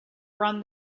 run